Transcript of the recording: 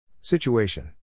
Situation